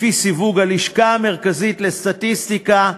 לפי סיווג הלשכה המרכזית לסטטיסטיקה,